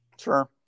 Sure